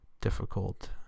difficult